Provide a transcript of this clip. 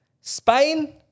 Spain